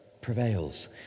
prevails